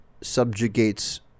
subjugates